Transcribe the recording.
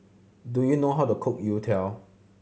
do you know how to cook youtiao